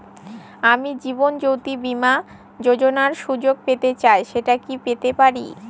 আমি জীবনয্যোতি বীমা যোযোনার সুযোগ পেতে চাই সেটা কি পেতে পারি?